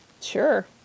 Sure